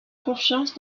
confiance